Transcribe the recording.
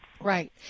Right